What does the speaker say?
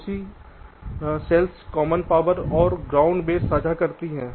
पड़ोसी कोशिकाएं common power और ग्राउंड बस साझा करती हैं